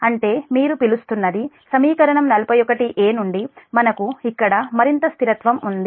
అంటే మీరు పిలుస్తున్నది సమీకరణం 41 ఎ నుండి మనకు ఇక్కడ మరింత స్థిరత్వం ఉంది